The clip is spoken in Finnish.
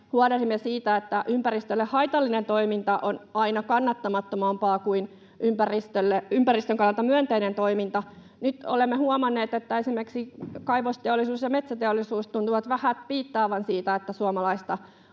huolehdimme siitä, että ympäristölle haitallinen toiminta on aina kannattamattomampaa kuin ympäristön kannalta myönteinen toiminta. Nyt olemme huomanneet, että esimerkiksi kaivosteollisuus ja metsäteollisuus tuntuvat vähät piittaavan siitä, että suomalaista